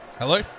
Hello